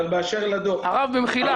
ובאשר לדוח --- הרב במחילה,